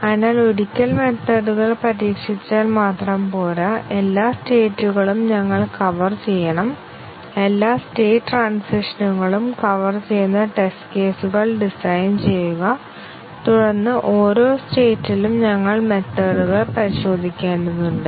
അതിനാൽ ഒരിക്കൽ മെത്തേഡ്കൾ പരീക്ഷിച്ചാൽ മാത്രം പോരാ എല്ലാ സ്റ്റേറ്റ്കളും ഞങ്ങൾ കവർ ചെയ്യണം എല്ലാ സ്റ്റേറ്റ് ട്രാൻസിഷനുകളും കവർ ചെയ്യുന്ന ടെസ്റ്റ് കേസുകൾ ഡിസൈൻ ചെയ്യുക തുടർന്ന് ഓരോ സ്റ്റേറ്റ്ലും ഞങ്ങൾ മെത്തേഡ്കൾ പരിശോധിക്കേണ്ടതുണ്ട്